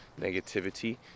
negativity